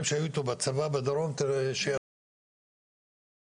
שהיו אתו בצבא בדרום שיאתרו מישהו,